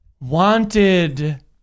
wanted